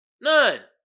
None